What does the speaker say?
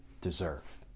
deserve